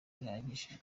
bihagije